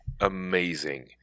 amazing